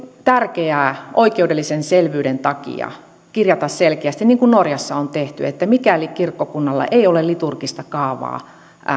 tärkeää oikeudellisen selvyyden takia kirjata selkeästi niin kuin norjassa on tehty että mikäli kirkkokunnalla ei ole liturgista kaavaa